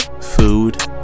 food